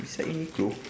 beside Uniqlo